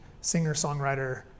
singer-songwriter